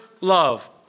love